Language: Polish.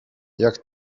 jak